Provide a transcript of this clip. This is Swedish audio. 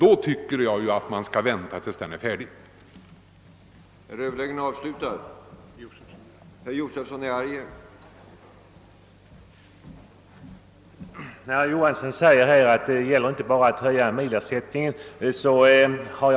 Därför tycker jag att vi skall vänta tills utredningen är färdig med sitt arbete.